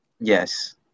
Yes